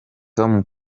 tom